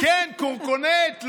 כן, קורקונט.